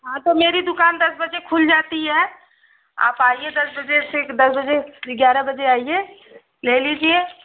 हाँ तो मेरी दुकान दस बजे खुल जाती है आप आइए दस बजे से दस बजे ग्यारह बजे आइए ले लीजिए